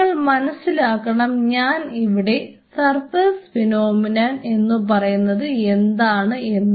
നിങ്ങൾ മനസ്സിലാക്കണം ഞാൻ ഇവിടെ സർഫസ് ഫിനോമിനൺ എന്ന് പറയുന്നത് എന്താണ് എന്ന്